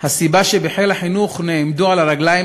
הסיבה שבחיל החינוך נעמדו על הרגליים